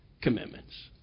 commitments